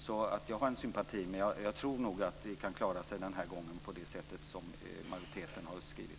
Jag har alltså en sympati för detta. Men jag tror nog att vi den här gången kan klara oss med det som majoriteten har skrivit.